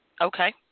Okay